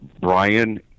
Brian